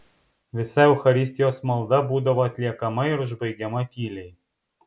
visa eucharistijos malda būdavo atliekama ir užbaigiama tyliai